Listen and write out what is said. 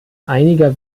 einiger